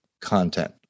content